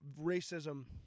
Racism